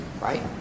right